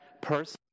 person